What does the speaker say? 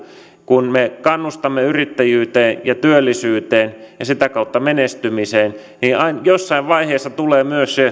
kun me kannustamme yrittäjyyteen ja työllisyyteen ja sitä kautta menestymiseen niin jossain vaiheessa tulee myös